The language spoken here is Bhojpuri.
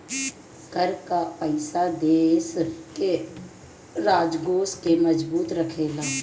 कर कअ पईसा देस के राजकोष के मजबूत रखेला